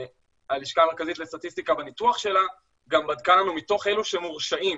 הלשכה המרכזית לסטטיסטיקה בניתוח שלה גם בדקה לנו מתוך אלה שמורשעים,